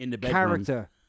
character